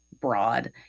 broad